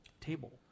table